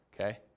Okay